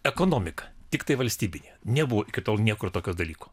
ekonomika tiktai valstybinė nebuvo iki tol niekur tokio dalyko